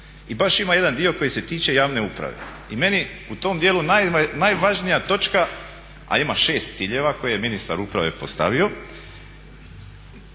i baš ima jedan dio koji se tiče javne uprave. I meni u tom dijelu najvažnija točka a ima 6 ciljeva koje je ministar uprave postavio,